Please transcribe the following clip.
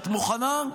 את מוכנה?